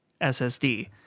SSD